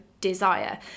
desire